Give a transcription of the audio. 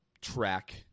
track